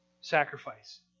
sacrifice